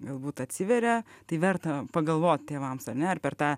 galbūt atsiveria tai verta pagalvot tėvams ar ne ir per tą